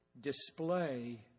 display